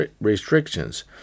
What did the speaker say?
restrictions